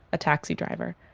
a taxi driver.